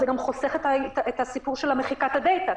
זה גם חוסך את סיפור מחיקת הדאטה,